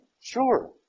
Sure